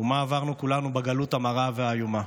ומה עברנו כולנו בגלות המרה והאיומה.